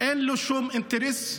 אין שום אינטרס.